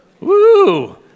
Woo